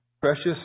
Precious